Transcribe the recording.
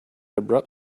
abrupt